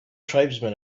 tribesmen